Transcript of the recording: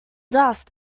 dust